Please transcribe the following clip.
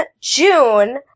June